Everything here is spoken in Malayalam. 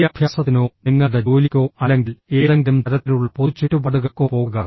വിദ്യാഭ്യാസത്തിനോ നിങ്ങളുടെ ജോലിക്കോ അല്ലെങ്കിൽ ഏതെങ്കിലും തരത്തിലുള്ള പൊതു ചുറ്റുപാടുകൾക്കോ പോകുക